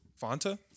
Fanta